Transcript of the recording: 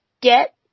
get